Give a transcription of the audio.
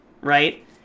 right